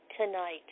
tonight